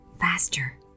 faster